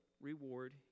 reward